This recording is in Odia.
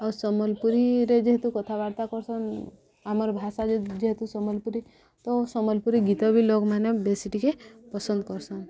ଆଉ ସମ୍ବଲପୁରୀରେ ଯେହେତୁ କଥାବାର୍ତ୍ତା କରସନ୍ ଆମର ଭାଷା ଯେହେତୁ ସମ୍ବଲପୁରୀ ତ ସମ୍ବଲପୁରୀ ଗୀତ ବି ଲୋକମାନେ ବେଶୀ ଟିକେ ପସନ୍ଦ କରସନ୍